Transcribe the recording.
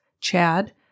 Chad